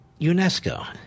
UNESCO